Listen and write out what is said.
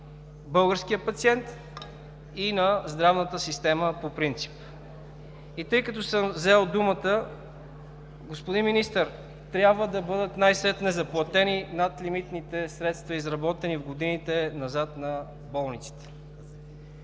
българския пациент, и на здравната система по принцип. Тъй като съм взел думата, господин Министър, трябва да бъдат най-сетне заплатени на болниците надлимитните средства, изработени в годините назад. Не